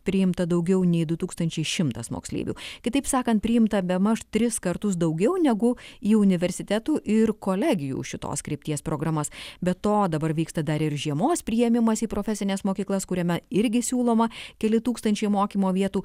priimta daugiau nei du tūkstančiai šimtas moksleivių kitaip sakant priimta bemaž tris kartus daugiau negu į universitetų ir kolegijų šitos krypties programas be to dabar vyksta dar ir žiemos priėmimas į profesines mokyklas kuriame irgi siūloma keli tūkstančiai mokymo vietų